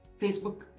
Facebook